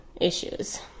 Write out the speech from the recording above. issues